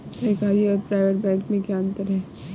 सरकारी और private bank में क्या अंतर है?